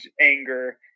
anger